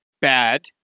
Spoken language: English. bad